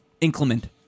inclement